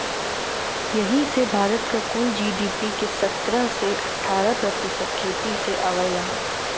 यही से भारत क कुल जी.डी.पी के सत्रह से अठारह प्रतिशत खेतिए से आवला